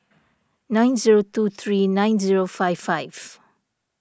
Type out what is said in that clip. nine zero two three nine zero five five